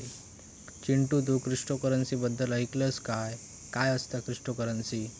चिंटू, तू क्रिप्टोकरंसी बद्दल ऐकलंस काय, काय असता क्रिप्टोकरंसी?